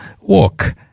walk